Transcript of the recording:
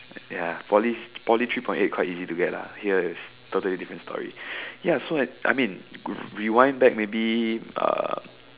ya Poly Poly three point eight quite easy to get lah here is totally different story ya so like I mean rewind back maybe uh